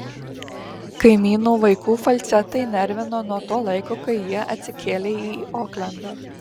kaimynų vaikų falcetai nervino nuo to laiko kai jie atsikėlė į oklendą